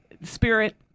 Spirit